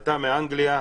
עלתה מאנגליה,